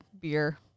beer